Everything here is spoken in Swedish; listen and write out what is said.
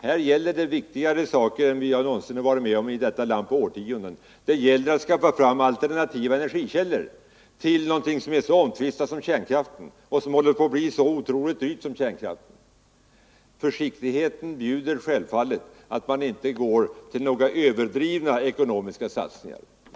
Här gäller det viktigare saker än vi varit med om i detta land på årtionden, nämligen att skaffa fram alternativa energikällor till någonting som är så omtvistat och som håller på att bli så otroligt dyrt som kärnkraften. Försiktigheten bjuder självfallet att man inte går till några överdrivna ekonomiska satsningar.